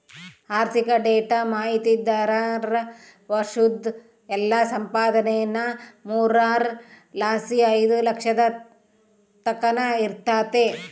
ಆರ್ಥಿಕ ಡೇಟಾ ಮಾಹಿತಿದಾರ್ರ ವರ್ಷುದ್ ಎಲ್ಲಾ ಸಂಪಾದನೇನಾ ಮೂರರ್ ಲಾಸಿ ಐದು ಲಕ್ಷದ್ ತಕನ ಇರ್ತತೆ